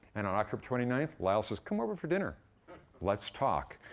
and on october twenty ninth, lyell says, come over for dinner let's talk.